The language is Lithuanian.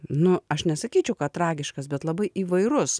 nu aš nesakyčiau kad tragiškas bet labai įvairus